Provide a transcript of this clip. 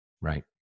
right